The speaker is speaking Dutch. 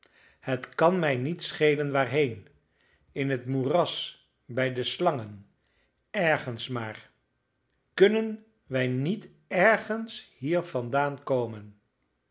het kan mij niet schelen waarheen in het moeras bij de slangen ergens maar kunnen wij niet ergens hier vandaan komen